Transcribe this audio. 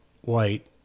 white